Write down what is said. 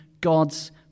God's